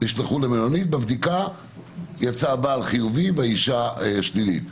בבדיקה הבעל יצא חיובי והאישה שלילית.